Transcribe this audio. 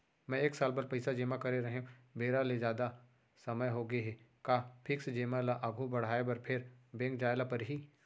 मैं एक साल बर पइसा जेमा करे रहेंव, बेरा ले जादा समय होगे हे का फिक्स जेमा ल आगू बढ़ाये बर फेर बैंक जाय ल परहि?